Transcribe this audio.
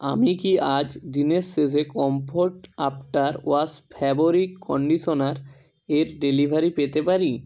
আমি কি আজ দিনের শেষে Comfort after wash fabric conditioner এর ডেলিভারি পেতে পারি